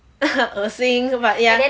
恶心 but ya